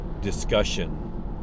discussion